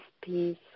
peace